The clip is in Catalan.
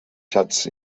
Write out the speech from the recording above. xats